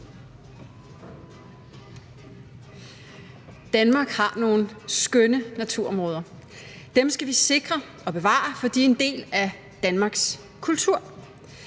Danmark har nogle skønne naturområder. Dem skal vi sikre og bevare, for de er en del af Danmarks kultur.